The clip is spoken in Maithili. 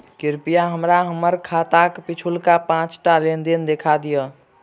कृपया हमरा हम्मर खाताक पिछुलका पाँचटा लेन देन देखा दियऽ